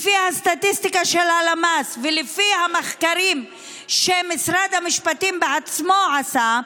לפי הסטטיסטיקה של הלמ"ס ולפי המחקרים שמשרד המשפטים בעצמו עשה,